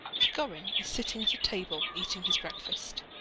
trigorin is sitting at a table eating his breakfast,